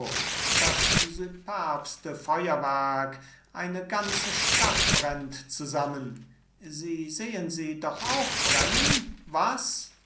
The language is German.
dido das süperbeste feuerwerk eine ganze stadt brennt zusammen sie sehen sie doch auch brennen was